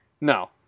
No